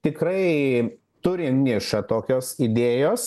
tikrai turi nišą tokios idėjos